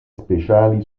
speciali